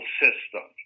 system